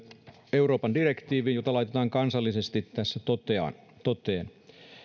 euroopan direktiiviin jota laitetaan kansallisesti tässä toteen